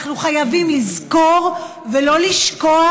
אנחנו חייבים לזכור ולא לשכוח,